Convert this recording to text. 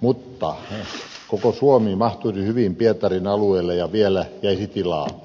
mutta koko suomi mahtuisi hyvin pietarin alueelle ja vielä jäisi tilaa